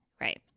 Right